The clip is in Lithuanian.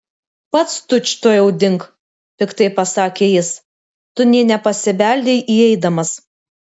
pats tučtuojau dink piktai pasakė jis tu nė nepasibeldei įeidamas